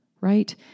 right